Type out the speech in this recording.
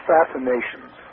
Fascinations